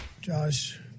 Josh